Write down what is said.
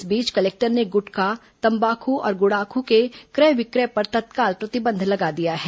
इस बीच कलेक्टर ने गुटखा तम्बाकू और गुड़ाखू के क्रय विक्रय पर तत्काल प्रतिबंध लगा दिया है